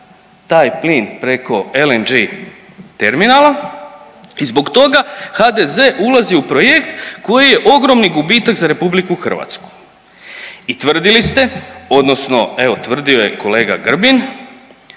taj plin preko LNG-e terminala i zbog toga HDZ-e ulazi u projekt koji je ogroman gubitak za Republiku Hrvatsku. I tvrdili ste odnosno evo tvrdio je kolega Grbin